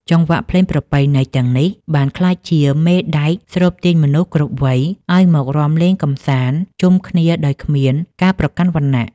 ចង្វាក់ភ្លេងប្រពៃណីទាំងនេះបានក្លាយជាមេដែកស្រូបទាញមនុស្សគ្រប់វ័យឱ្យមករាំលេងកម្សាន្តជុំគ្នាដោយគ្មានការប្រកាន់វណ្ណៈ។